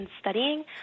studying